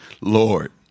lord